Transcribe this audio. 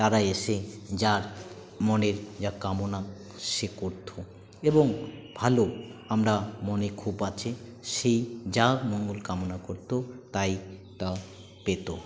তারা এসে যার মনের যা কামনা সে করত এবং ভালো আমরা মনে খুব আছে সে যা মঙ্গল কামনা করত তাই তা পেত